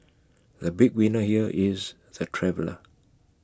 the big winner here is the traveller